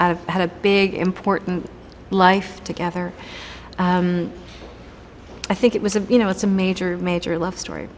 a had a big important life together i think it was a you know it's a major major love story